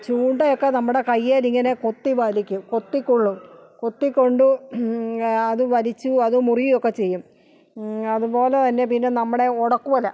ചുണ്ടയൊക്ക നമ്മുടെ കയ്യിൽ ഇങ്ങനെ കൊത്തി വലിക്കും കൊത്തിക്കോളും കൊത്തി കൊണ്ട് അത് വലിച്ച് അത് മുറിയുകയൊക്കെ ചെയ്യും അതുപോലെ തന്നെ പിന്നെ നമ്മുടെ ഒടക്ക് വല